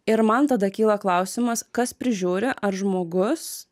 ir man tada kyla klausimas kas prižiūri ar žmogus